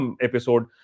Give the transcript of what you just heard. episode